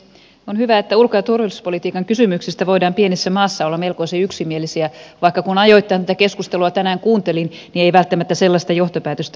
on hyvä että ulko ja turvallisuuspolitiikan kysymyksistä voidaan pienessä maassa olla melkoisen yksimielisiä vaikka kun ajoittain tätä keskustelua tänään kuuntelin niin ei välttämättä sellaista johtopäätöstä voinut tehdä